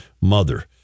mother